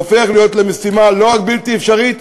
הופך להיות משימה לא רק בלתי אפשרית,